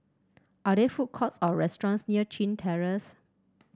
are there food courts or restaurants near Chin Terrace